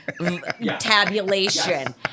tabulation